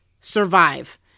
survive